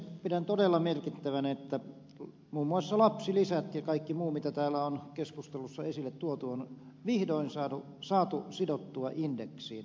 pidän todella merkittävänä että muun muassa lapsilisät ja kaikki muu mitä täällä on keskustelussa esille tuotu on vihdoin saatu sidottua indeksiin